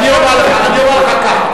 אני אומר לך כך,